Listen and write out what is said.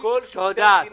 כל שירותי המדינה